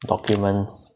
documents